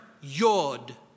yod